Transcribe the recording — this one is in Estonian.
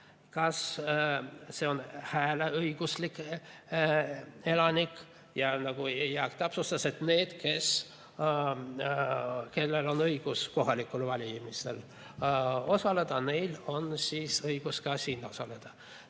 kas see on hääleõiguslik elanik, ja nagu Jaak täpsustas, neil, kellel on õigus kohalikel valimistel osaleda, on õigus ka siin osaleda,